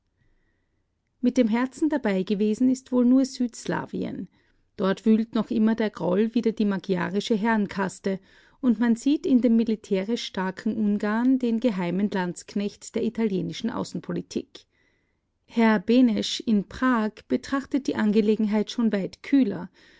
mit dem herzen dabei gewesen ist wohl nur südslawien dort wühlt noch immer der groll wider die magyarische herrenkaste und man sieht in dem militärisch starken ungarn den geheimen landsknecht der italienischen außenpolitik herr benesch in prag betrachtet die angelegenheit schon weit kühler